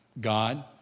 God